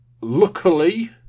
Luckily